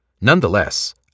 Nonetheless